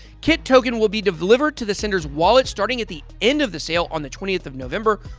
kit token will be delivered to the sender's wallet starting at the end of the sale on the twentieth of november,